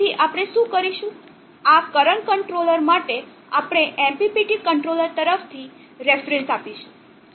તેથી આપણે શું કરીશું આ કરંટ કંટ્રોલર માટે આપણે MPPT કંટ્રોલર તરફથી રેફરન્સ આપીશું